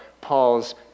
Paul's